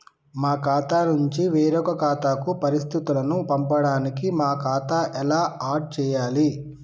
మా ఖాతా నుంచి వేరొక ఖాతాకు పరిస్థితులను పంపడానికి మా ఖాతా ఎలా ఆడ్ చేయాలి?